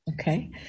Okay